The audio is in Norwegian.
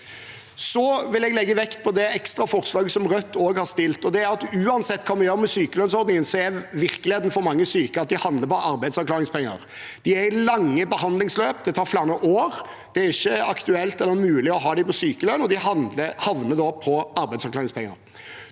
Så vil jeg legge vekt på det forslaget Rødt har fremmet alene. Uansett hva vi gjør med sykelønnsordningen, er virkeligheten for mange syke at de havner på arbeidsavklaringspenger. De er i lange behandlingsløp, det tar flere år. Det er ikke aktuelt eller mulig å ha dem på sykelønn, og de havner da på arbeidsavklaringspenger.